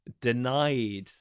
denied